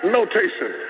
Notation